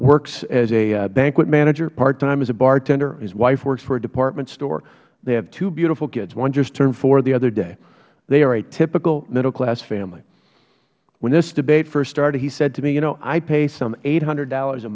works as a banquet manager part time as a bartender his wife works for a department store they have two beautiful kids one just turned four the other day they are a typical middle class family when this debate first started he said to me you know i pay some eight hundred dollars a